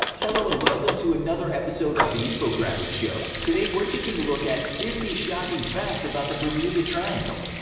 hello and welcome to another episode of the infographics show today we're taking a look at fifty shocking facts about the bermuda triangle.